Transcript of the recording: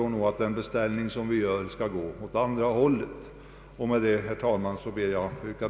Vi anser att den beställning som riksdagen här gör skall avse en ändring åt andra hållet. Herr talman! Jag ber att få yrka bifall till bevillningsutskottets hemställan.